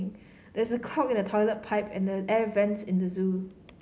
there is a clog in the toilet pipe and the air vents in the zoo